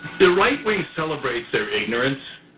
the right wing celebrates their ignorance,